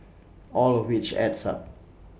all of which adds up